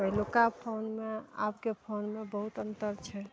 पहिलुका फोनमे आबके फोनमे बहुत अन्तर छै